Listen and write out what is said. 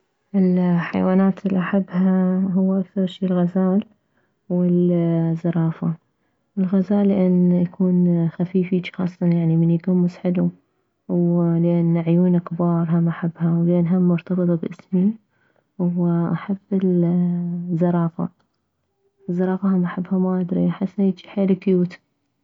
الحيوانات الاحبها هو اكثر شي الغزال والزرافة الغزال لان يكون خفيف هيج خاصة يعني من يكمز حلو ولان عيونه كبار هم احبها ولان هم مرتبط باسمي واحب الزرافة الزرافة هم احبها ما ادري هيج احسها حيل كيوت